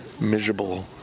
miserable